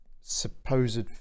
supposed